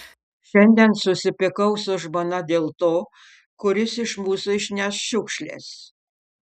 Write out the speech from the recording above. šiandien susipykau su žmona dėl to kuris iš mūsų išneš šiukšles